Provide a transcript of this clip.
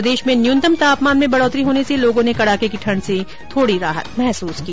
प्रदेश में न्यूनतम तापमान में बढ़ोतरी होने से लोगों ने कड़ाके की ठंड में थोड़ी राहत महसूस की